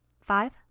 Five